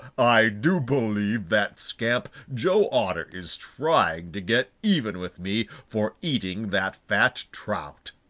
i do believe that scamp joe otter is trying to get even with me for eating that fat trout!